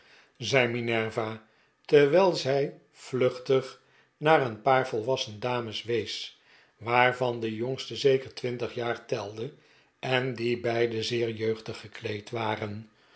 zei minerva terwijl zij vluchtig naar een paar volwassen dames wees waarvan de jongste zeker twintig jaren telde en die beide zeer jeugdig gekleed waren